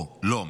לא מסתפק.